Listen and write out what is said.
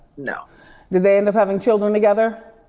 no. did they end up having children together?